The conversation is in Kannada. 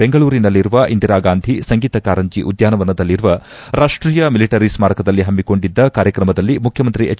ಬೆಂಗಳೂರಿನಲ್ಲಿರುವ ಇಂದಿರಾಗಾಂಧಿ ಸಂಗೀತ ಕಾರಂಜಿ ಉದಾನವನದಲ್ಲಿರುವ ರಾಜ್ಷೀಯ ಮಿಲಿಟರಿ ಸ್ನಾರಕದಲ್ಲಿ ಹಮ್ಮಿಕೊಂಡಿದ್ದ ಕಾರ್ಯಕ್ರಮದಲ್ಲಿ ಮುಖ್ಯಮಂತ್ರಿ ಎಚ್